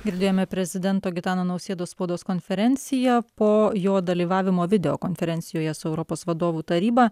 girdėjome prezidento gitano nausėdos spaudos konferenciją po jo dalyvavimo video konferencijoje su europos vadovų taryba